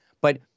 But-